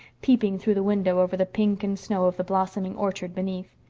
peeping through the window over the pink and snow of the blossoming orchard beneath.